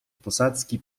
posadzki